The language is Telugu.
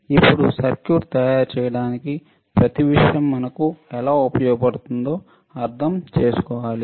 ఇప్పుడు సర్క్యూట్ తయారుచేయడానికి ప్రతి విషయం మనకు ఎలా ఉపయోగపడుతుందో అర్థం చేసుకోవాలి